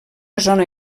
zona